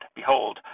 Behold